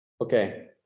Okay